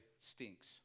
stinks